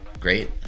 Great